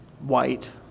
white